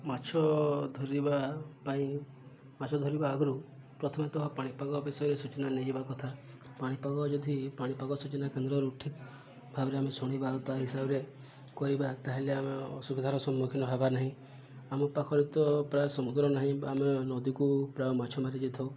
ମାଛ ଧରିବା ପାଇଁ ମାଛ ଧରିବା ଆଗରୁ ପ୍ରଥମତଃ ପାଣିପାଗ ବିଷୟରେ ସୂଚନା ନେଇଯିବା କଥା ପାଣିପାଗ ଯଦି ପାଣିପାଗ ସୂଚନା କେନ୍ଦ୍ରରୁ ଠିକ୍ ଭାବରେ ଆମେ ଶୁଣିବା ତା' ହିସାବରେ କରିବା ତାହେଲେ ଆମେ ଅସୁବିଧାର ସମ୍ମୁଖୀନ ହବାର ନାହିଁ ଆମ ପାଖରେ ତ ପ୍ରାୟ ସମୁଦ୍ର ନାହିଁ ଆମେ ନଦୀକୁ ପ୍ରାୟ ମାଛ ମାରିଯାଇଥାଉ